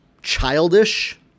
childish